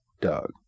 Doug